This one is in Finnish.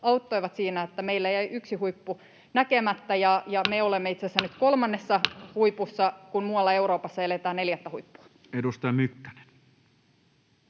auttoivat siinä, että meillä jäi yksi huippu näkemättä. Me olemme itse asiassa nyt kolmannessa huipussa, kun muualla Euroopassa eletään neljättä huippua. [Speech